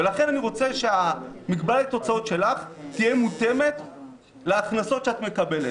ולכן אני רוצה שמגבלת ההוצאות שלך תהיה מותאמת להכנסות שאת מקבלת.